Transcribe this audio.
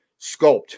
sculpt